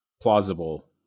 plausible